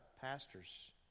pastors